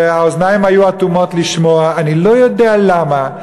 האוזניים היו אטומות מלשמוע, אני לא יודע למה.